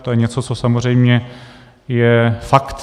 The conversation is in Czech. To je něco, co samozřejmě je fakt.